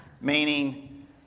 Meaning